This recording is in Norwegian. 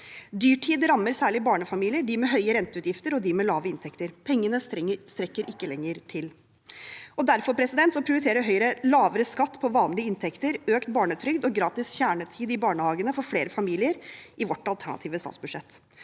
Dyrtid rammer særlig barnefamilier, dem med høye renteutgifter og dem med lave inntekter. Pengene strekker ikke lenger til. Derfor prioriterer Høyre lavere skatt på vanlige inntekter, økt barnetrygd og gratis kjernetid i barnehagene for flere familier i vårt alternative statsbudsjett.